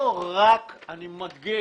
אני מדגיש,